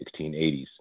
1680s